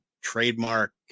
trademark